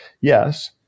Yes